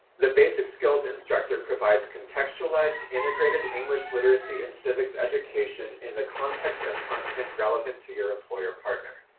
the basic skills instructor provides contextualized integrated english literacy and civics education in the context of content relevant to your employer partner.